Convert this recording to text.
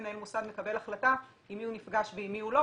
מוסד מקבל החלטה עם מי הוא נפגש ועם מי הוא לא,